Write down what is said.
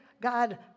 God